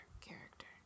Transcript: character